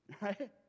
right